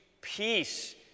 peace